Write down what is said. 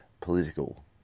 political